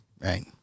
Right